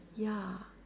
ya